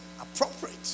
appropriate